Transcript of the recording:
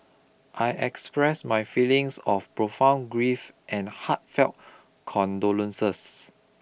I express my feelings of profound grief and heartfelt condolences